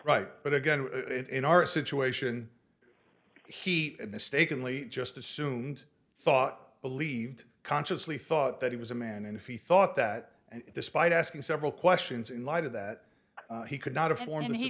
right but again in our situation he mistakenly just assumed thought believed consciously thought that he was a man and if he thought that despite asking several questions in light of that he could not afford and he